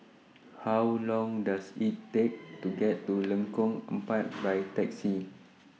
How Long Does IT Take to get to Lengkong Empat By Taxi